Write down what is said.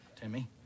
Timmy